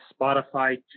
Spotify